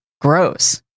gross